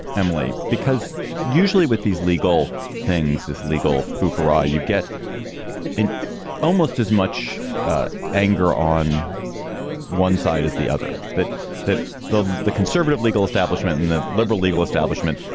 emily, because usually with these legal things, this legal farrar, you get in almost as much anger on one side as the other, that that the the conservative legal establishment and the liberal legal establishment,